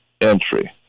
entry